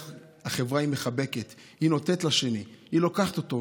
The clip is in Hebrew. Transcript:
החברה היא מחבקת, היא נותנת לשני, היא לוקחת אותו.